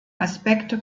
aspekte